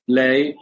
lei